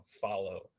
follow